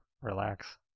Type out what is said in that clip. relax